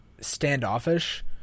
standoffish